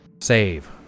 Save